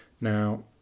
now